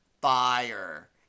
Fire